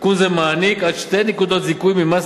תיקון זה נותן עד שתי נקודות זיכוי ממס